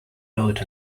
wrote